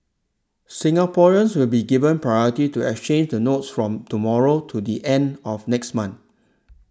Singaporeans will be given priority to exchange the notes from tomorrow to the end of next month